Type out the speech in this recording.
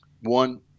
one